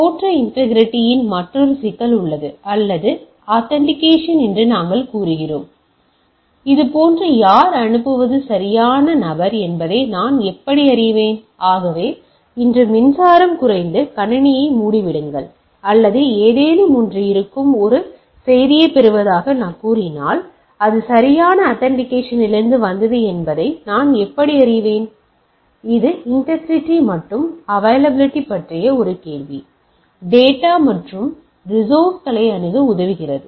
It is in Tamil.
தோற்ற இன்டேகிரிட்டி இன் மற்றொரு சிக்கல் உள்ளது அல்லது ஆத்தண்டிகேஷன் என்று நாங்கள் கூறுகிறோம் போன்ற யார் அனுப்புவது சரியான நபர் என்பதை நான் எப்படி அறிவேன் ஆகவே இன்று மின்சாரம் குறைந்து கணினியை மூடிவிடுங்கள் அல்லது ஏதேனும் ஒன்று இருக்கும் என்று ஒரு செய்தியைப் பெறுவதாக நான் கூறினால் அது சரியான ஆத்தண்டிகேஷனலிருந்து வந்தது என்பதை நான் எப்படி அறிவேன் எனவே இது இன்டேகிரிட்டிமற்றும் அவைலபிலிட்டி பற்றிய ஒரு கேள்வி டேட்டா மற்றும் ரிசோசர்ஸ்களை அணுக உதவுகிறது